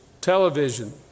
television